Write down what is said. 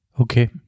Okay